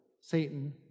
Satan